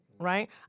right